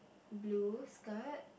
blue skirt